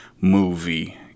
Movie